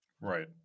Right